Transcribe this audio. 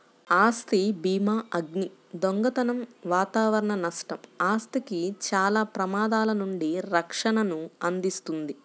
ఆస్తి భీమాఅగ్ని, దొంగతనం వాతావరణ నష్టం, ఆస్తికి చాలా ప్రమాదాల నుండి రక్షణను అందిస్తుంది